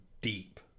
deep